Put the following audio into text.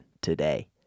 today